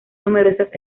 numerosas